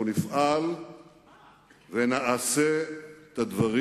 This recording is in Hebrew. אנחנו נפעל ונעשה את הדברים